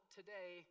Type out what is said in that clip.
today